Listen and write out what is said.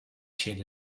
shared